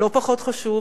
לא פחות חשוב,